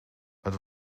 het